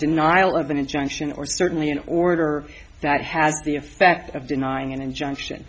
denial of an injunction or certainly an order that has the effect of denying an injunction